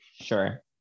Sure